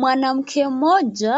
Mwanamke mmoja